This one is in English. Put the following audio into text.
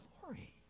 glory